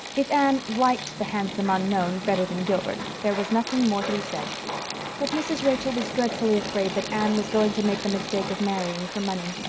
if anne liked the handsome unknown better than gilbert there was nothing more to be said but mrs. rachel was dreadfully afraid that anne was going to make the mistake of marrying for money.